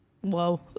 Whoa